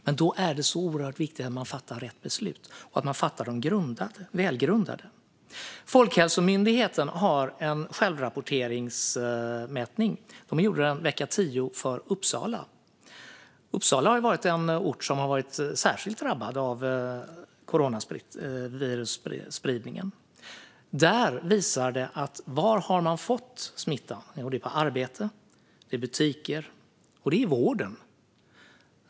Men då är det oerhört viktigt att man fattar rätt beslut och att de är välgrundade. Folkhälsomyndigheten har en självrapporteringsmätning. Den gjordes vecka 10 för Uppsala. Uppsala har varit en ort som har varit särskilt drabbad av coronavirusspridningen. Var hade man då fått smittan? Jo, den hade man fått på arbetet, i butiker och i vården.